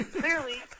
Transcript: clearly